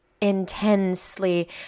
intensely